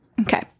Okay